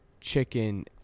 chicken